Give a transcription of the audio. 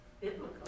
Biblical